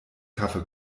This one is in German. kaffee